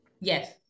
yes